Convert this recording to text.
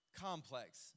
complex